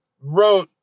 wrote